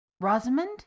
Rosamond